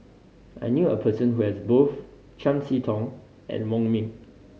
I knew a person who has both Chiam See Tong and Wong Ming